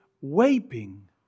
weeping